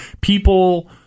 people